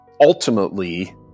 ultimately